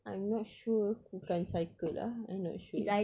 I'm not sure who can't cycle ah I not sure